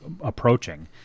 approaching